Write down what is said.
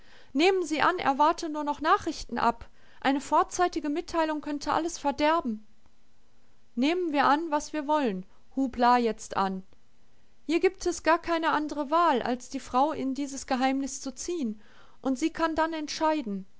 nehmen sie an er warte nur noch nachrichten ab eine vorzeitige mitteilung könnte alles verderben nehmen wir an was wir wollen hub jetzt la an hier gibt es gar keine andre wahl als die frau in dieses geheimnis zu ziehen und sie kann dann entscheiden